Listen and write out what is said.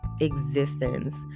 existence